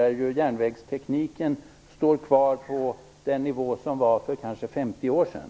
Då ser man att järnvägstekniken står kvar på samma nivå som för ca 50 år sedan.